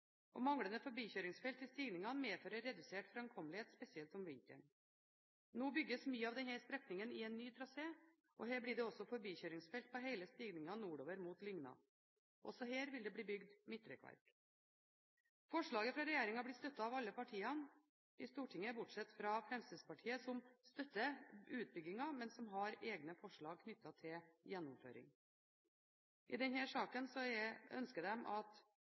svingete. Manglende forbikjøringsfelt i stigningene medfører redusert framkommelighet, spesielt om vinteren. Nå bygges mye av denne strekningen i en ny trasé, og her blir det også forbikjøringsfelt på hele stigningen nordover mot Lygna. Også her vil det bli bygd midtrekkverk. Forslaget fra regjeringen blir støttet av alle partiene i Stortinget bortsett fra Fremskrittspartiet, som støtter utbyggingen, men som har egne forslag knyttet til gjennomføring. I denne saken ønsker de at